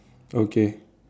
okay